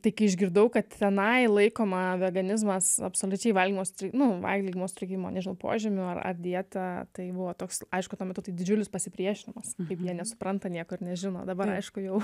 tai kai išgirdau kad tenai laikoma veganizmas absoliučiai valgymo nu valgymo sutrikimo požymiu ar ar dieta tai buvo toks aišku tuo metu tai didžiulis pasipriešinimas kaip jie nesu supranta nieko ir nežino dabar aišku jau